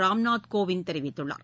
ராம்நாத் கோவிந்த் தெரிவித்துள்ளார்